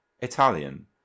Italian